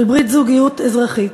על ברית זוגיות אזרחית.